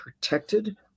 protected